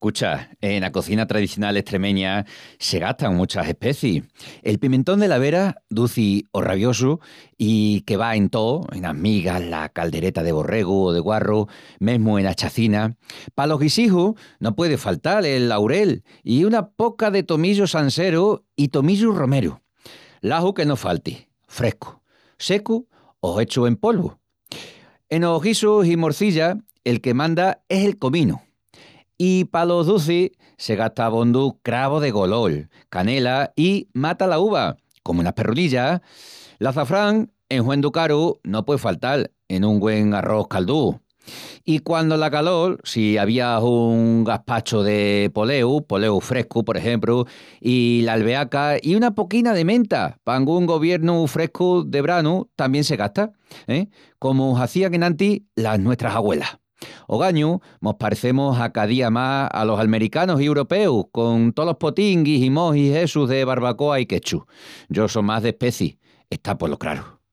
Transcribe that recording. Cucha, ena cozina tradicional estremeña se gastan muchas especis. El pimientón deLa Vera, duci o raviosu i que va en tó, enas migas, ena caldereta de borregu o de guarru, mesmu enas chacinas. Palos guisijus, no puei de faltal el aurel i una poca de tomillu sanseru i tomillu romeru. L'aju que no falti, frescu, secu o hechu en polvu. Enos guisus i morcillas, el que manda es el cominu. I palos ducis, se gasta abondu cravu de golol, canela i matalaúva, comu enas perrunillas. L'açafrán, en huendu caru, no puei faltal en un güen arros caldúu. I quandu la calol, si avias un gaspachu de poleu, poleu frescu por exempru, i l'albeaca i una poquina de menta, pa angún goviernu frescu de branu tamién se gasta, e, comu hazían enantis las nuestras agüelas. Ogañu mos parecemus a cá día más alos almericanus i uropeus con tolos potinguis i mojis essus de barbacoa i ketchup. Yo só más d'especis, está polo craru.